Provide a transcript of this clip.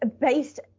based